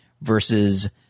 versus